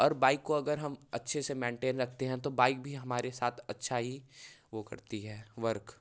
और बाइक को अगर हम अच्छे से मेंटेन रखते हैं तो बाइक भी हमारे साथ अच्छा ही वो करती है वर्क